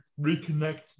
reconnect